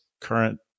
current